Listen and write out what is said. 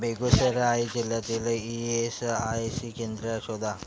बेगुसराय जिल्ह्यातील E S I C केंद्रं शोधा